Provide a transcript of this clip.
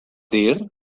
dir